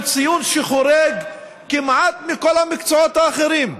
ציון שחורג כמעט מכל המקצועות האחרים,